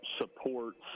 supports